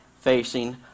facing